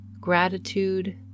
gratitude